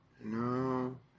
no